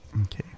Okay